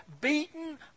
beaten